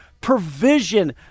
provision